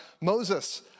Moses